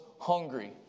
hungry